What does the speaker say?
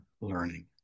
learning